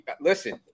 listen